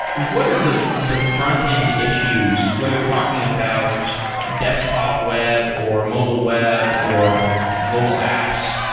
what are the the frontend issues? whether we're talking about desktop web or mobile web or mobile apps,